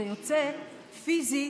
זה יוצא פיזית,